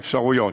האפשרויות,